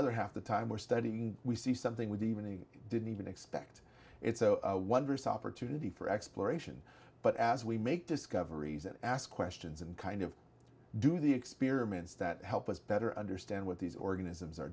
other half the time we're studying we see something with even they didn't even expect it's a wondrous opportunity for exploration but as we make discoveries and ask questions and kind of do the experiments that help us better understand what these organisms